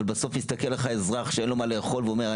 אבל בסוף יסתכל לך האזרח שאין לו מה לאכול ואומר,